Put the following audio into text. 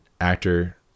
actor